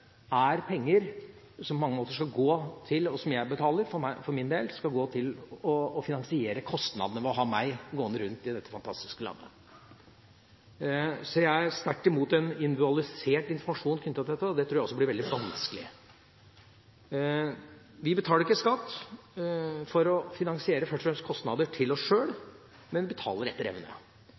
penger som skal gå til å finansiere kostnadene ved å ha meg gående rundt i dette fantastiske landet. Jeg er sterkt imot en individualisert informasjon knyttet til dette, og jeg tror også at det blir veldig vanskelig. Vi betaler ikke skatt for å finansiere – først og fremst – kostnader ved oss sjøl, men vi betaler etter evne.